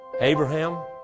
Abraham